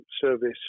service